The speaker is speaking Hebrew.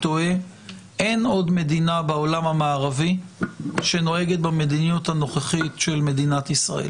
אין עוד מדינה בעולם המערבי שנוהגת במדיניות הנוכחית של מדינת ישראל,